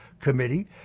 committee